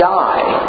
die